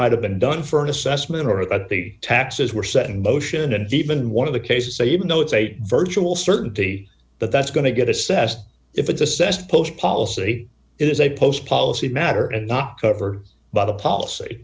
might have been done for an assessment or that the taxes were set in motion and even one of the cases say even though it's a virtual certainty that that's going to get assessed if it's assessed post policy it is a post policy matter and not covered by the policy